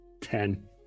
Ten